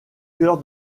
cœur